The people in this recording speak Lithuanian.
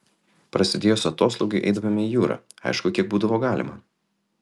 prasidėjus atoslūgiui eidavome į jūrą aišku kiek būdavo galima